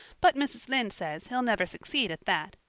but mrs. lynde says he'll never succeed at that,